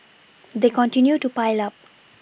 they continue to pile up